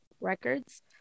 Records